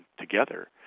together